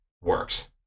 works